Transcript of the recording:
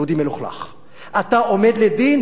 אתה עומד לדין ואתה לא תיכנס לבית-סוהר,